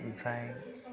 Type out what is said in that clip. ओमफ्राय